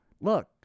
Look